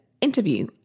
interview